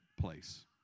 place